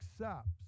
accepts